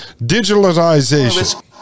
digitalization